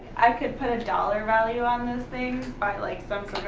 i could put a dollar value on those things by like some